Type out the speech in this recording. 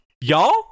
y'all